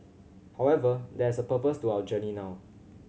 however there is a purpose to our journey now